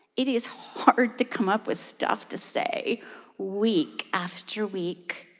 it is hard to come up with stuff to say week after week.